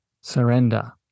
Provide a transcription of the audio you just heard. surrender